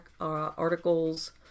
articles